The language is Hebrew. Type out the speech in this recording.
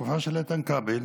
בתקופה של איתן כבל,